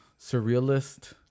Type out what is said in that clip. surrealist